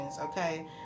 okay